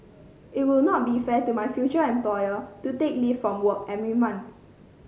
it will not be fair to my future employer to take leave from work every month